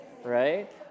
Right